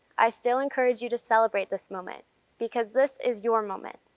i still encourage you to celebrate this moment because this is your moment.